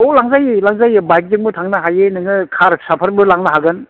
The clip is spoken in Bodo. औ लांजायो लांजायो बाइकजोंबो थांनो हायो नोङो खार फिसाफोरबो लांनो हागोन